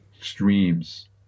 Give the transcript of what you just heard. streams